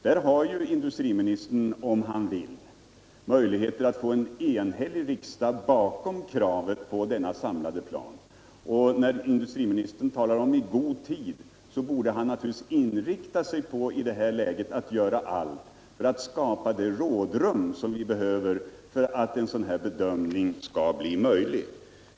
Där har industriministern, om han vill, möjlighet att få en enhällig riksdag bakom kravet på denna samlade plan. När industriministern talar om ”i god tid” borde han naturligtvis i detta läge inrikta sig på att göra allt för att skapa det rådrum som vi behöver för att en samlad bedömning skall bli möjlig.